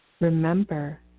Remember